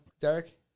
Derek